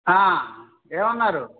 ఏమన్నారు